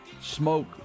smoke